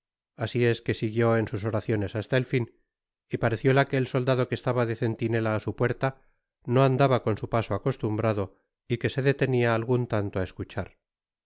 asi es que siguió en sus oraciones hasta el fin y parecióla que el soldado que estaba de centinela á su puerta no andaba con su paso acostumbrado y que se detenia algun tanto á escuchar